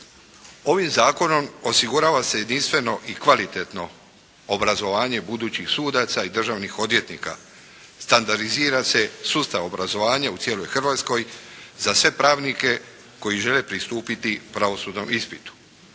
Ovim zakonom osigurava se jedinstveno i kvalitetno obrazovanje budućih sudaca i državnih odvjetnika. Standardizira se sustav obrazovanja u cijeloj Hrvatskoj za sve pravnike koji žele pristupiti pravosudnom ispitu.